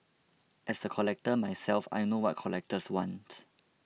as a collector myself I know what collectors wants